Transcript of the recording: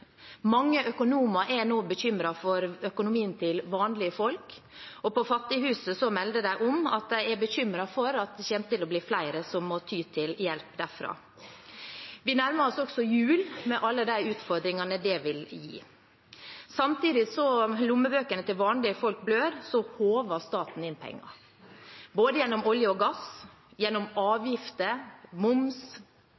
Mange økonomer er nå bekymret for økonomien til vanlige folk, og på Fattighuset melder de om at de er bekymret for at det kommer til å bli flere som må ty til hjelp derfra. Vi nærmer oss også jul, med alle de utfordringene det vil gi. Samtidig som lommebøkene til vanlige folk blør, håver staten inn penger – gjennom olje og gass og gjennom